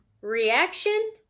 reaction